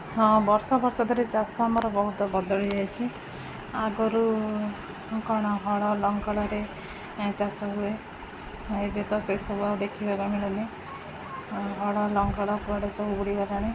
ହଁ ବର୍ଷ ବର୍ଷ ଧରି ଚାଷ ଆମର ବହୁତ ବଦଳି ଯାଇଛି ଆଗରୁ କ'ଣ ହଳ ଲଙ୍ଗଳରେ ଚାଷ ହୁଏ ଏବେ ତ ସେସବୁ ଆଉ ଦେଖିବାକୁ ମିଳୁନି ହଳ ଲଙ୍ଗଳ କୁଆଡ଼େ ସବୁ ବୁଡ଼ିଗଲାଣି